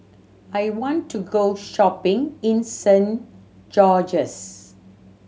I want to go shopping in Saint George's